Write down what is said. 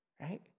right